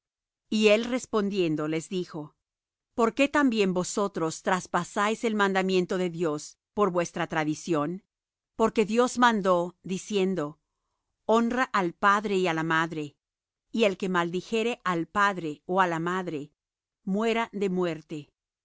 y él respondiendo les dijo por qué también vosotros traspasáis el mandamiento de dios por vuestra tradición porque dios mandó diciendo honra al padre y á la madre y el que maldijere al padre ó á la madre muera de muerte